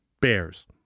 bears